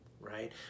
Right